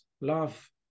love